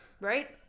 Right